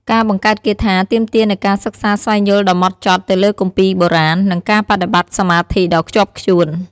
ការបង្កើតគាថាទាមទារនូវការសិក្សាស្វែងយល់ដ៏ម៉ត់ចត់ទៅលើគម្ពីរបុរាណ និងការបដិបត្តិសមាធិដ៏ខ្ជាប់ខ្ជួន។